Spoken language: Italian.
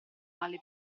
male